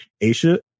Asia